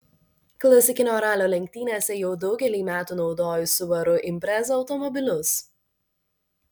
klasikinio ralio lenktynėse jau daugelį metų naudoju subaru impreza automobilius